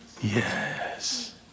yes